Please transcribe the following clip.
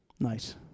Nice